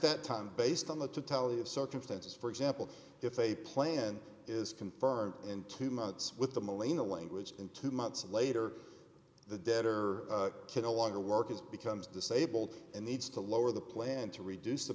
that time based on the tally of circumstances for example if a plan is confirmed in two months with the molina language and two months later the debtor kid a longer work as becomes disabled and needs to lower the plan to reduce the